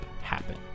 happen